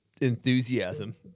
enthusiasm